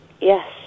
Yes